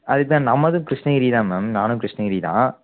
அதுக்கு தான் நம்மதும் கிருஷ்ணகிரி தான் மேம் நானும் கிருஷ்ணகிரி தான்